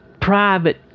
private